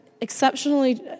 exceptionally